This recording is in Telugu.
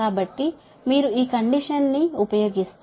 కాబట్టి మీరు ఈ కండిషన్ ని ఉపయోగిస్తే